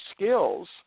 skills